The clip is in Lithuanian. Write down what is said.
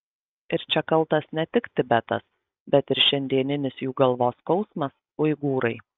ir čia kaltas ne tik tibetas bet ir šiandieninis jų galvos skausmas uigūrai